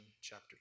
chapter